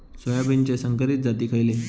सोयाबीनचे संकरित जाती खयले?